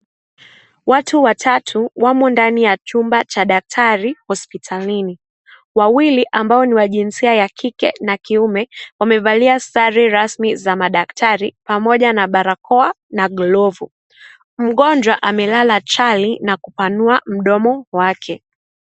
Watu watatu wamo ndani ya chumba cha daktari hospitalini. Wawili ambao ni wa jinsia ya kike na kiume wamevalia sare rasmi ya madaktari pamoja na barakoa na glovu. Mgonjwa amelala chali na kupanua mdomo wake.